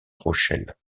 rochelle